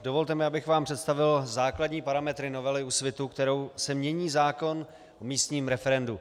Dovolte mi, abych vám představil základní parametry novely Úsvitu, kterou se mění zákon o místním referendu.